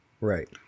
Right